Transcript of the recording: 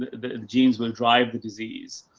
the the genes would drive the disease.